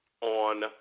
on